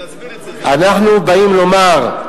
אנחנו באים לומר,